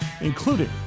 including